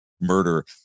murder